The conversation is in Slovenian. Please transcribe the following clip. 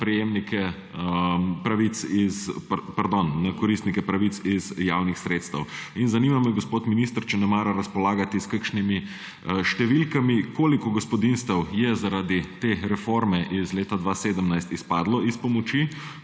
na koristnike pravic iz javnih sredstev. Zanima me, gospod minister: Ali nemara razpolagate s kakšnimi številkami, koliko gospodinjstev je zaradi te reforme iz leta 2017 izpadlo iz pomoči?